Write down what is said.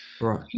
right